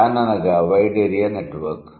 van అనగా wide area network